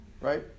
right